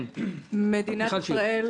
מיכל שיר.